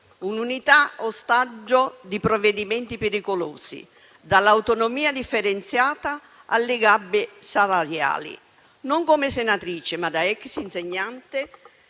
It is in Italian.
un'unità ostaggio di provvedimenti pericolosi, dall'autonomia differenziata alle gabbie salariali. Non come senatrice, ma da ex insegnante,